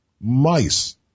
mice